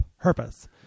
purpose